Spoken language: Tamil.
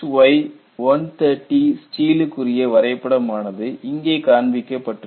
HY 130 ஸ்டீலுக்குரிய வரைபடம் ஆனது இங்கே காண்பிக்கப்பட்டுள்ளது